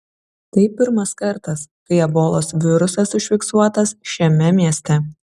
tai pirmas kartas kai ebolos virusas užfiksuotas šiame mieste